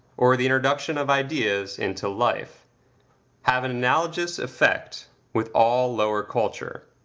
or the introduction of ideas into life have an analogous effect with all lower culture,